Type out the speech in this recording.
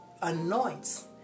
anoints